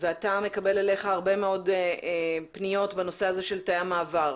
ואתה מקבל אליך הרבה מאוד פניות בנושא הזה של תאי המעבר,